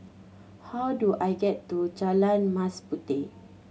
how do I get to Jalan Mas Puteh